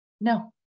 No